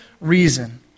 reason